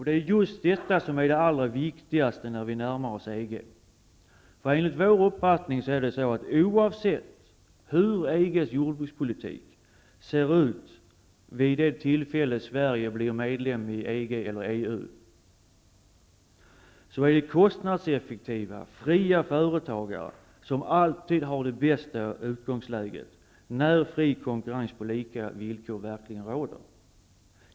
Det är just detta som är det allra viktigaste när vi närmar oss EG. Oavsett hur EG:s jordbrukspolitik ser ut då Sverige blir medlem i EG eller EU, är det kostnadseffektiva och fria företagare som alltid har det bästa utgångsläget när fri konkurrens på lika villkor verkligen råder.